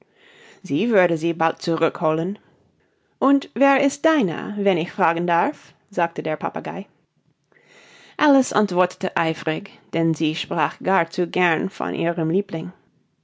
sie würde sie bald zurückholen und wer ist dinah wenn ich fragen darf sagte der papagei alice antwortete eifrig denn sie sprach gar zu gern von ihrem liebling